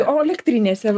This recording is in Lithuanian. o elektrinėse